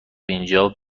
اینجا